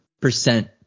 percent